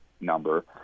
number